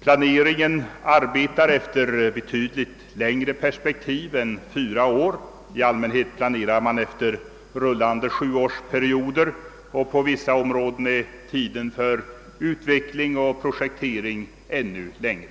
Planeringen arbetar efter betydligt längre perspektiv än fyra år — i allmänhet planerar man för rullande sjuårsperioder och på vissa områden är tiden för utveckling och projektering ännu längre.